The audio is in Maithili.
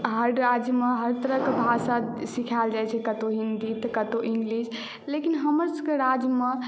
हर राज्य मे हर तरहकेँ भाषा सिखायल जाइत छै कतहुँ हिन्दी तऽ कतहुँ इंग्लिश लेकिन हमर सभके राज्य मे